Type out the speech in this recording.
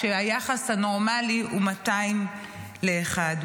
כשהיחס הנורמלי הוא 200 לאחד.